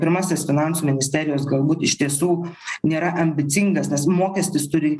pirmasis finansų ministerijos galbūt iš tiesų nėra ambicingas tas mokestis turi